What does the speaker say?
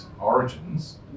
Origins